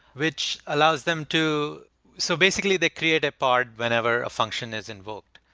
which allows them to so basically, they create a part whenever a function is invoked.